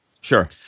Sure